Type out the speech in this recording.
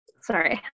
sorry